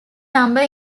number